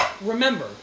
Remember